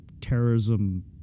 terrorism